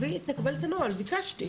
ביקשתי,